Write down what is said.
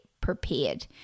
prepared